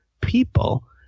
people